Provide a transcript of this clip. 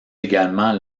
également